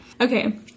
Okay